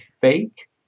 fake